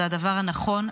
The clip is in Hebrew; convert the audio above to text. זה הדבר הנכון,